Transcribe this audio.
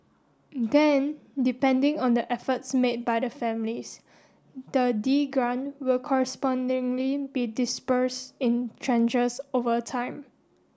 then depending on the efforts made by the families the grant will correspondingly be disbursed in tranches over time